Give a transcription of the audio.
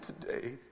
today